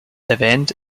erwähnt